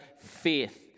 faith